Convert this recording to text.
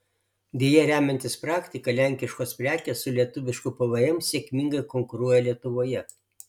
deja remiantis praktika lenkiškos prekės su lietuvišku pvm sėkmingai konkuruoja lietuvoje